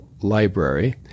library